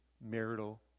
marital